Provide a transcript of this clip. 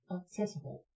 accessible